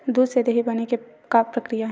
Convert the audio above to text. दूध से दही बने के का प्रक्रिया हे?